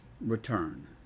return